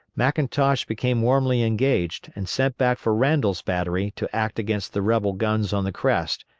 mcintosh became warmly engaged and send back for randol's battery to act against the rebel guns on the crest,